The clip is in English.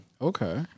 Okay